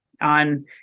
on